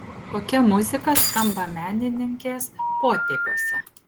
kokia muzika skamba menininkės potėpiuose